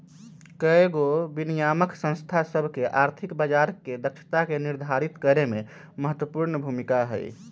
कयगो विनियामक संस्था सभ के आर्थिक बजार के दक्षता के निर्धारित करेमे महत्वपूर्ण भूमिका हइ